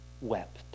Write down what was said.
wept